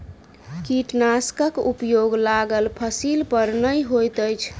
कीटनाशकक उपयोग लागल फसील पर नै होइत अछि